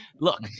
Look